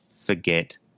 forget